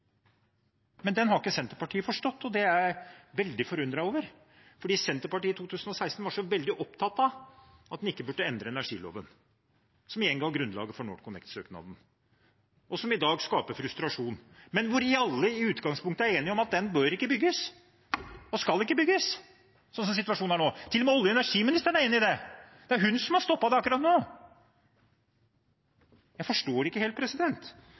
men den har ikke Senterpartiet forstått. Det er jeg veldig forundret over, for Senterpartiet i 2016 var så veldig opptatt av at en ikke burde endre energiloven, som igjen ga grunnlaget for NorthConnect-søknaden, og som i dag skaper frustrasjon, men hvor alle i utgangspunktet er enige om at den bør ikke bygges, og skal ikke bygges, slik situasjonen er nå. Til og med olje- og energiministeren er enig i det. Det er hun som har stoppet det akkurat nå. Jeg forstår det ikke helt.